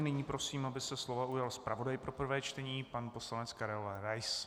Nyní prosím, aby se slova ujal zpravodaj pro prvé čtení pan poslanec Karel Rais.